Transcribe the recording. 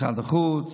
משרד החוץ,